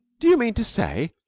do you mean to say,